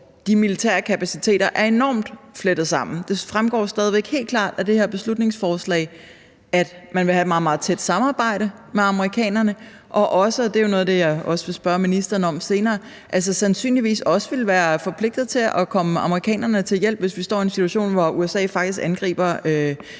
de militære kapaciteter er enormt flettet sammen. Det fremgår stadig væk helt klart af det her beslutningsforslag, at man vil have et meget, meget tæt samarbejde med amerikanerne, og at vi sandsynligvis også – og det er noget af det, jeg også vil spørge ministeren om senere – vil være forpligtet til at komme amerikanerne til hjælp, hvis vi står i en situation, hvor USA faktisk angriber